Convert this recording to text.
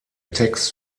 text